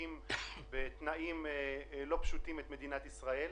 שמשרתים בתנאים לא פשוטים את מדינת ישראל,